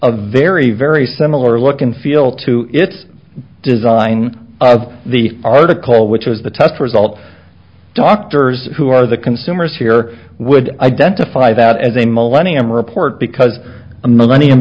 a very very similar look and feel to its design of the article which is the test result doctors who are the consumers here would identify that as a millennium report because a millen